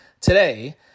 today